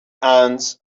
ants